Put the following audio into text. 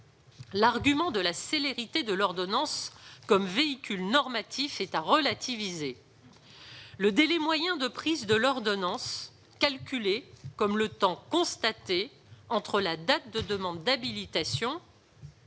l'argument de la célérité de l'ordonnance comme véhicule normatif est à relativiser. Le délai moyen de prise de l'ordonnance, calculé comme le temps constaté entre la demande d'habilitation